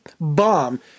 bomb